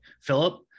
Philip